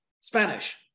Spanish